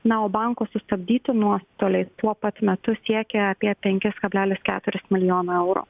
na o banko sustabdyti nuostoliai tuo pat metu siekia apie penkis kablelis keturis milijono euro